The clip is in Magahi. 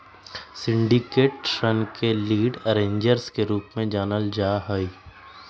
सिंडिकेटेड ऋण के लीड अरेंजर्स के रूप में जानल जा हई